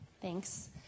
Thanks